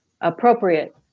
appropriate